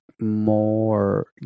more